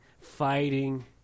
fighting